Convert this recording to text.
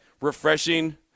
refreshing